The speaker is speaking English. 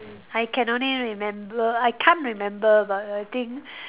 I can only remember I can't remember but I think